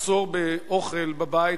מחסור באוכל בבית.